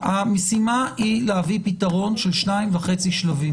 המשימה היא להביא פתרון של שניים וחצי שלבים.